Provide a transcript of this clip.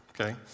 okay